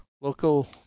local